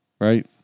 right